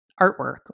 artwork